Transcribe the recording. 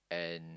and